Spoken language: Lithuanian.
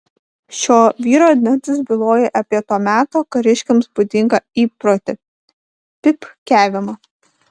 šio vyro dantys byloja apie to meto kariškiams būdingą įprotį pypkiavimą